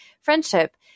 friendship